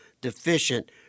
deficient